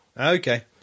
Okay